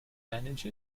manage